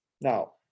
Now